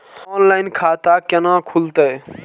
Online खाता केना खुलते?